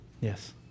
Yes